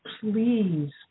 please